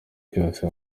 cyose